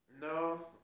No